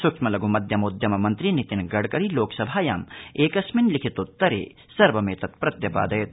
सूक्ष्म लघु मध्यमोद्यम मन्त्री नितिन गडकरी लोकसभायाम् एकस्मिन् लिखितोत्तरे सर्वमेतत् प्रत्यपादयत्